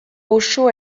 oso